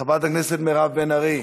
חברת הכנסת מירב בן ארי,